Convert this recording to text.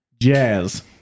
jazz